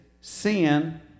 sin